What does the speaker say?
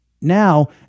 Now